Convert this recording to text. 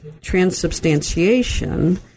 transubstantiation